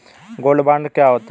Gold bond क्या होता है?